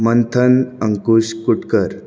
मथंन Ankush कुटकर